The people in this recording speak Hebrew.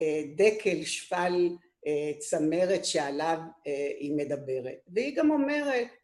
דקל שפל צמרת שעליו היא מדברת, והיא גם אומרת